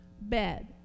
bed